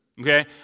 okay